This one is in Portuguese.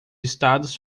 estados